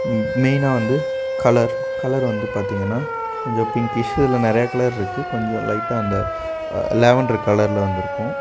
மெயினாக வந்து colour colour வந்து பார்த்தீங்கன்னா கொஞ்சம் பிங்கிஷ் இல்லை நிறைய கலர் இருக்குது கொஞ்சம் லைட்டாக அந்த லேவண்ட்ரு கலரில் வந்துருக்கும்